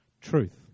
truth